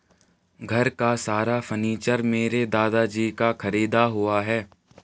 घर का सारा फर्नीचर मेरे दादाजी का खरीदा हुआ है